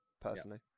personally